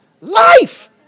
Life